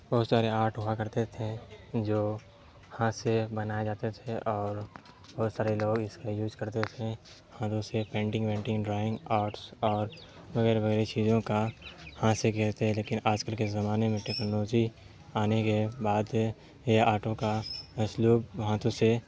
بہت سارے آرٹ ہوا کرتے تھے جو ہاتھ سے بنائے جاتے تھے اور بہت سارے لوگ اس کا یوز کرتے تھے ہاتھوں سے پینٹنگ وینٹنگ ڈرائنگ آرٹس اور وغیرہ وغیرہ چیزوں کا ہاتھ سے کہتے لیکن آج کل کے زمانے میں ٹیکنالوجی آنے کے بعد یہ آٹوں کا مسلوب ہاتھوں سے